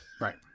Right